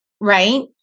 right